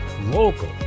local